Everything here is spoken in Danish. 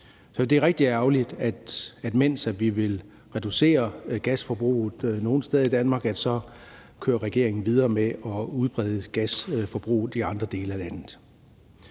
det er rigtig ærgerligt, atmens vi vil reducere gasforbruget nogle steder i Danmark, så kører regeringen videre med at udbrede gasforbruget i andre dele af landet.